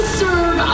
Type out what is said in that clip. serve